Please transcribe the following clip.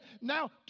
Now